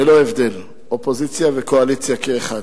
ללא הבדל, אופוזיציה וקואליציה כאחד.